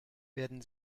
werden